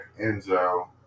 Enzo